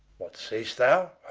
what say'st thou?